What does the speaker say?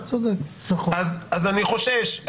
אז אני חושש,